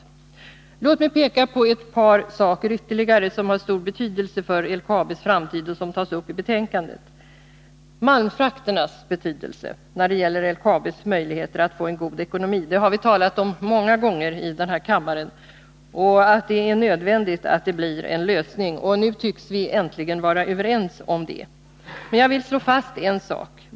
Låt mig peka på ett par saker ytterligare som har stor betydelse för LKAB:s framtid och som tas upp i betänkandet! Malmfrakternas betydelse när det gäller LKAB:s möjligheter att få en god ekonomi har vi talat om många gånger här i kammaren. Det är nödvändigt att den frågan får en lösning, och nu tycks vi äntligen vara överens om det. Men jag vill slå fast en sak.